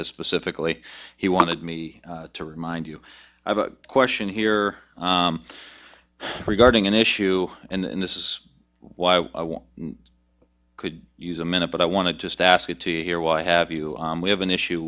this specifically he wanted me to remind you of a question here regarding an issue and this is why i could use a minute but i want to just ask it to you here why have you we have an issue